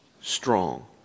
Strong